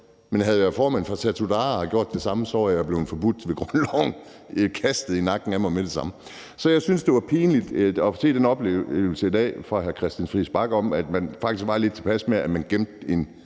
Men havde jeg været formand for Satudarah og havde gjort det samme, var jeg blevet forbudt med grundloven kastet i nakken på mig med det samme. Så jeg synes, det var pinligt at se den oplevelse i dag fra hr. Christian Friis Bachs side om, at man faktisk var lidt tilpas med, at man gemte en